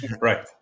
Right